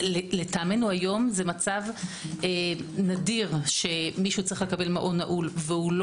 לטעמנו היום נדיר שמישהו צריך לקבל מעון נעול ולא